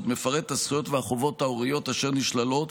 מפרט את הזכויות והחובות ההוריות אשר נשללות,